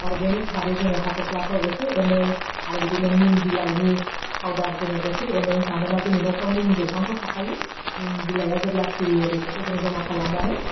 organic भाबै जोङो हाथ'फ्लाफोर एसे एनै आरो बिदिनो निम बिलाइनि फावदार जोङो एसे एनै मानोना जोंनि न'फ्राव निम दंफांफोर थाखायो नि बिलाइया जेब्ला सिरियो बेफोरखौ जोङो जमा खालामनानै